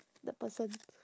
the person